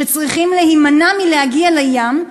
שצריכים להימנע מלהגיע לים,